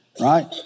Right